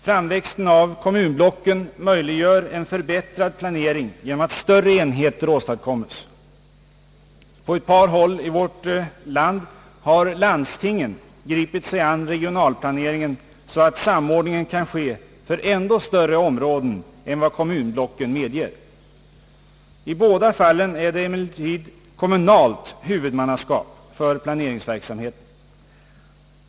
Framväxten av kommunblocken möjliggör en förbättrad planering genom att större enheter åstadkommes. På ett par håll i vårt land har landstingen gripit sig an regionalplaneringen så att samordningen kan ske för ännu större områden än vad kommunblocken medger. I båda fallen är det emellertid kommunalt huvudmannaskap för planeringsverksamheten.